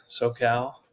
SoCal